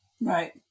Right